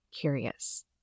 curious